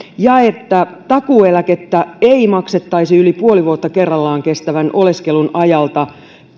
ja että takuueläkettä ei maksettaisi yli puoli vuotta kerrallaan kestävän oleskelun ajalta